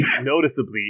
noticeably